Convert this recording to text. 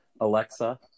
Alexa